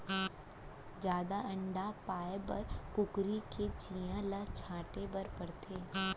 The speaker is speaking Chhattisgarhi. जादा अंडा पाए बर कुकरी के चियां ल छांटे बर परथे